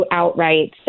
outright